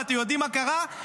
ואתם יודעים מה קרה?